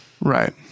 Right